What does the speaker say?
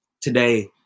Today